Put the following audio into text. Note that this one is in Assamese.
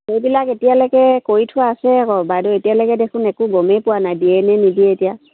সেইবিলাক এতিয়ালৈকে কৰি থোৱা আছে আকৌ বাইদেউ এতিয়ালৈকে দেখোন একো গমেই পোৱা নাই দিয়েনে নিদিয়ে এতিয়া